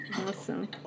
Awesome